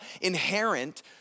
inherent